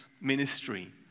ministry